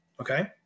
okay